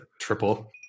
triple